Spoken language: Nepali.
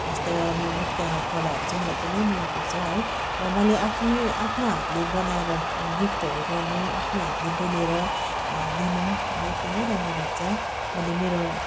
हस्तनिर्मितका कलाहरू चाहिँ मलाई एकदमै मनपर्छ है र मैले आफ्नै आफ्नो हातले बनाएर गिफ्टहरू गर्नु आफ्नो हातले बुनेर दिनु यो एकदमै राम्रो लाग्छ मैले मेरो